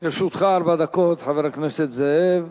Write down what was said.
לרשותך ארבע דקות, חבר הכנסת זאב.